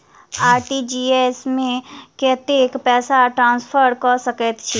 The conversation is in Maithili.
आर.टी.जी.एस मे कतेक पैसा ट्रान्सफर कऽ सकैत छी?